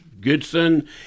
goodson